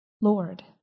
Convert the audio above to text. Lord